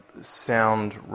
sound